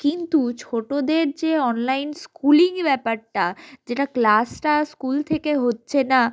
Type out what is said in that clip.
কিন্তু ছোটোদের যে অনলাইন স্কুলিং ব্যাপারটা যেটা ক্লাসটা স্কুল থেকে হচ্ছে না